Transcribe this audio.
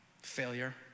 failure